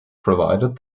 provided